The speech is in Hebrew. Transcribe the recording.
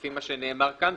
לפי מה שנאמר כאן,